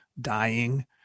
dying